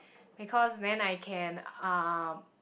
because then I can um